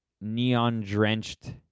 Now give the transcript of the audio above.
neon-drenched